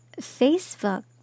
Facebook